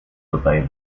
tutaj